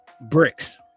bricks